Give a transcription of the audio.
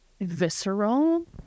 visceral